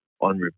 on